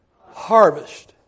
harvest